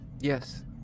yes